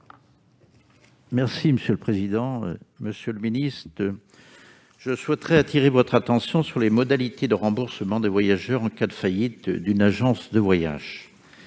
relance. Monsieur le ministre, je souhaiterais attirer votre attention sur les modalités de remboursement des voyageurs en cas de faillite d'une agence de voyages.